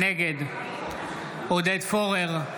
נגד עודד פורר,